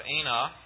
Anah